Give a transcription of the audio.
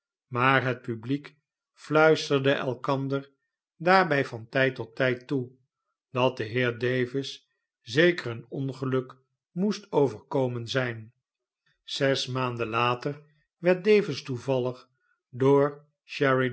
maar het publiek fluisterde elkander daarbij van tijd tot tijd toe dat den heer davis zeker een ongeluk moest overkomen zijn zes maanden later werd davis toevallig door